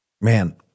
man